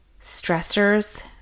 stressors